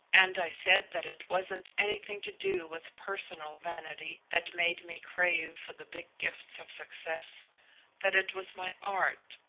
and i said that it wasn't anything to do with personal vanity that made me crave for the big gifts of success that it was my art,